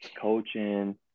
coaching